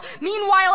meanwhile